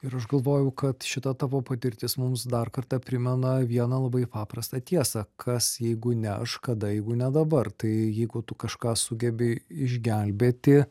ir aš galvojau kad šita tavo patirtis mums dar kartą primena vieną labai paprastą tiesą kas jeigu ne aš kada jeigu ne dabar tai jeigu tu kažką sugebi išgelbėti